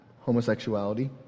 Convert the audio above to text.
homosexuality